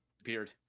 appeared